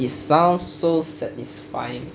it sounds so satisfying